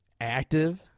active